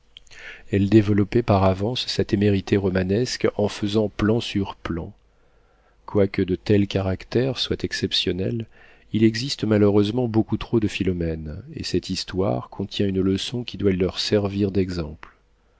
elle développait par avance sa témérité romanesque en faisant plans sur plans quoique de tels caractères soient exceptionnels il existe malheureusement beaucoup trop de philomènes et cette histoire contient une leçon qui doit leur servir d'exemple